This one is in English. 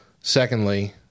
secondly